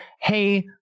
hey